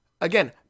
again